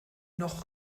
noch